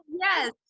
Yes